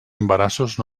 embarassos